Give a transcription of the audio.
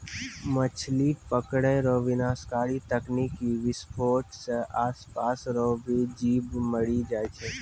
मछली पकड़ै रो विनाशकारी तकनीकी विसफोट से आसपास रो भी जीब मरी जाय छै